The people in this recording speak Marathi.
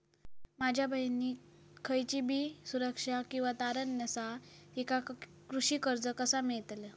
माझ्या बहिणीक खयचीबी सुरक्षा किंवा तारण नसा तिका कृषी कर्ज कसा मेळतल?